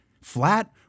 Flat